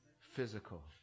physical